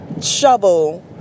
shovel